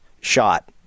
shot